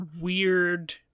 weird